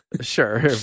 sure